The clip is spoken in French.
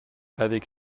avec